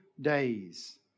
days